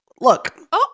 look